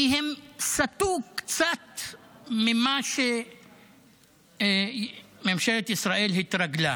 כי הם סטו קצת ממה שממשלת ישראל התרגלה,